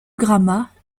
gramat